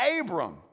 Abram